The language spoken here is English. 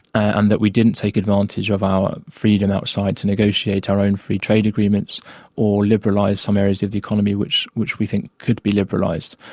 and that we didn't take advantage of our freedom outside to negotiate our own free trade agreements or liberalise some areas of the economy which which we think could be liberalised.